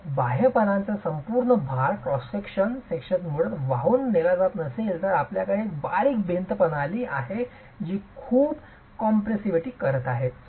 तर जर बाह्य पानांचा संपूर्ण भार संपूर्ण क्रॉस सेक्शन मूळतः वाहून नेला जात असेल तर आपल्याकडे एक बारीक भिंत प्रणाली आहे जी खूप भारी कंप्रेसिव्हिटी करीत आहे